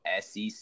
SEC